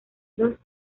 los